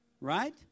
Right